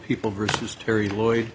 people versus terry lloyd